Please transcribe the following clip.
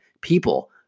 people